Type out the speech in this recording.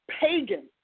pagan